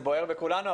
זה בוער בכולנו,